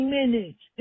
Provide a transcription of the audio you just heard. minutes